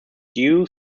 due